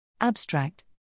Abstract